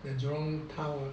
the jurong town ah